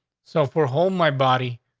so for home, my body,